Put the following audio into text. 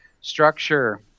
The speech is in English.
structure